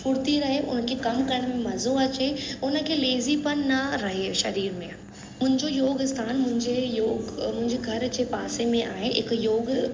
फ़ुर्ती रहे उनखे कम करण में मजो अचे उनखे लेज़ीपन न रहे शरीर में उनजो योग स्थानु मुंहिजे योग मुंहिजे घर जे पासे में आहे हिक योग